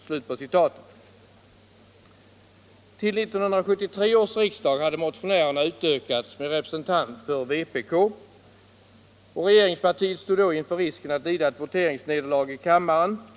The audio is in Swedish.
Till 1973 års riksdag hade motionärerna utökats med en representant för vpk, och regeringspartiet stod då inför risken att lida ett voteringsnederlag i kammaren.